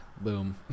boom